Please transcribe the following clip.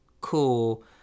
cool